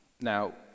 Now